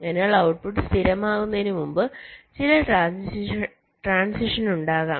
അതിനാൽ ഔട്ട്പുട്ട് സ്ഥിരമാകുന്നതിന് മുമ്പ് ചില ട്രാൻസിഷൻ ഉണ്ടാകാം